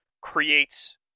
creates